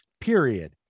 period